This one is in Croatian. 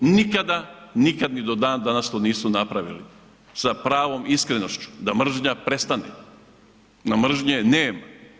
Nikada ni do dan danas to nisu napravili sa pravom iskrenošću, da mržnja prestane, da mržnje nema.